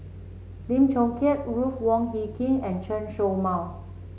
Lim Chong Keat Ruth Wong Hie King and Chen Show Mao